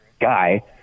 guy